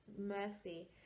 mercy